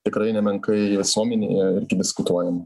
tikrai nemenkai visuomenėje diskutuojama